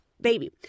baby